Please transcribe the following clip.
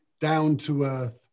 down-to-earth